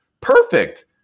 Perfect